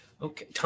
Okay